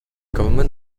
government